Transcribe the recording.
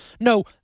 No